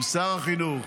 עם שר החינוך,